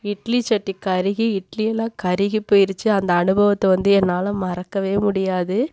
இட்லி சட்டி கருகி இட்லி எல்லாம் கருகி போயிடுச்சி அந்த அனுபவத்தை வந்து என்னால் மறக்கவே முடியாது